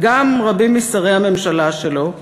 וגם של רבים משרי הממשלה שלו,